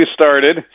started